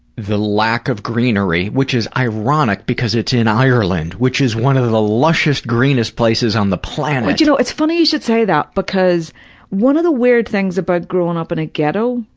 the lack of greenery, which is ironic because it's in ireland, which is one of the lushest, greenest places on the planet. but, you know, it's funny you should say that, because one of the weird things about growing up in a ghetto,